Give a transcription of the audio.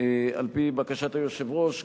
על-פי בקשת היושב-ראש,